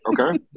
Okay